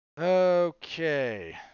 Okay